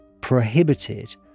prohibited